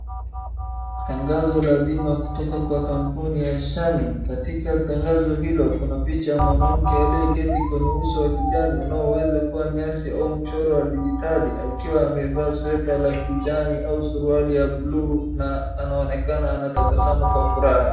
Tangazo la bima kutoka kwa kampuni ya Shiminins, katika tangazo hilo kunapicha ya mwanamke aliyeketi kwenye uso wa kijani unaweza kua nyasi au mchoro wa dijitali. Akiwa amevaa sweta la kijani au suruali ya bluu na anaonekana anatbasamu kwa furaha.